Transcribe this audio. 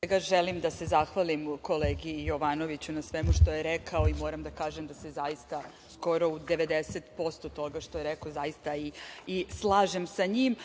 Pre svega, želim da se zahvalim kolegi Jovanoviću na svemu što je rekao i moram da kažem da se zaista, skoro u 90% toga što je rekao zaista i slažem sa njim.